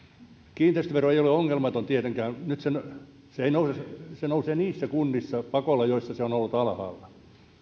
kiinteistövero ei ole ongelmaton tietenkään nyt se nousee pakolla niissä kunnissa joissa se on ollut alhaalla